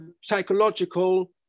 psychological